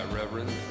Reverend